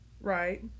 Right